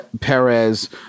perez